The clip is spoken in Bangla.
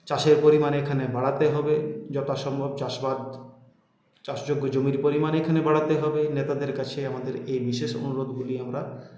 চাষের পরিমাণ এখানে বাড়াতে হবে যথাসম্ভব চাষবাদ চাষযোগ্য জমির পরিমাণ এখানে বাড়াতে হবে নেতাদের কাছে আমাদের এই বিশেষ অনুরোধগুলি আমরা